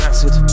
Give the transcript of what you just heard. Acid